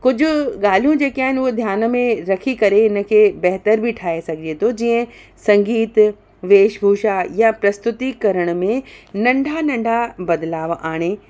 कुझु ॻाल्हियूं जेके आहिनि उहे ध्यान में रखी करे इन खे बहितर बि ठाहे सघे थो जीअं संगीत वेशभूषा या प्रस्तुती करण में नंढा नंढा बदिलाउ आणे